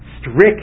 strict